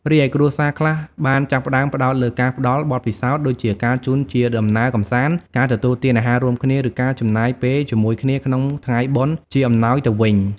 រីឯគ្រួសារខ្លះបានចាប់ផ្តើមផ្តោតលើការផ្តល់ បទពិសោធន៍ ដូចជាការជូនជាដំណើរកម្សាន្ត ការទទួលទានអាហាររួមគ្នា ឬការចំណាយពេលជាមួយគ្នាក្នុងថ្ងៃបុណ្យ ជាអំណោយទៅវិញ។